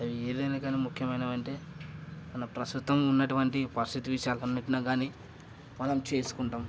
అవి ఏదైనా కానీ ముఖ్యమైనవి అంటే మనం ప్రస్తుతం ఉన్నటువంటి పరిస్థితి విషయాలు అన్నిటినీ గానీ మనం చేసుకుంటాం